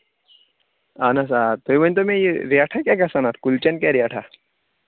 اَہَن حظ آ تُہۍ ؤنۍتَو مےٚ یہِ ریٹھاہ کیٛاہ گَژھان اَتھ کُلچَن کیٛاہ ریٹاہ